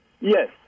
Yes